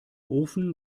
ofen